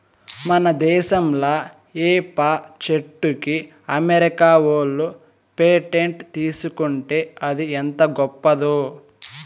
మన దేశంలా ఏప చెట్టుకి అమెరికా ఓళ్ళు పేటెంట్ తీసుకుంటే అది ఎంత గొప్పదో